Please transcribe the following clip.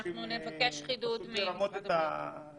הם גורמים לזה שפשוט ירמו את המדינה.